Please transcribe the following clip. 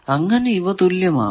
അങ്ങനെ ഇവ തുല്യമാകുന്നു